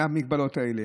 מההגבלות האלה,